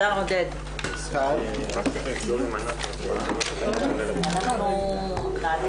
הישיבה ננעלה בשעה